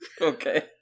Okay